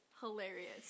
hilarious